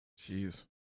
Jeez